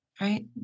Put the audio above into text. Right